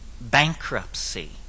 bankruptcy